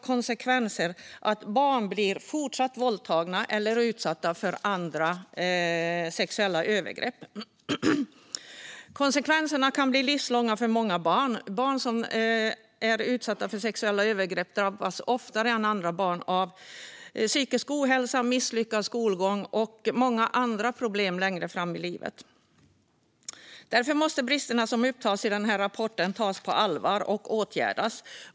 Konsekvenserna blir att barn fortsätter att bli våldtagna eller utsatta för andra sexuella övergrepp. Konsekvenserna kan bli livslånga för många barn. Barn som utsätts för sexuella övergrepp drabbas oftare än andra barn av psykisk ohälsa, misslyckad skolgång och många andra problem längre fram i livet. Därför måste bristerna som upptas i den här rapporten tas på allvar och åtgärdas.